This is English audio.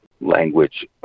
language